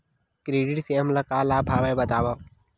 Credit से हमला का लाभ हे बतावव?